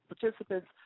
participants